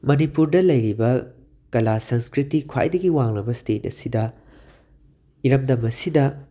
ꯃꯅꯤꯄꯨꯔꯗ ꯂꯩꯔꯤꯕ ꯀꯂꯥ ꯁꯪꯁꯀ꯭ꯔꯤꯇꯤ ꯈ꯭ꯋꯥꯏꯗꯒꯤ ꯋꯥꯡꯂꯕ ꯁ꯭ꯇꯦꯠ ꯑꯁꯤꯗ ꯏꯔꯝꯗꯝ ꯑꯁꯤꯗ